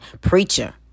preacher